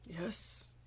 Yes